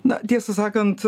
na tiesą sakant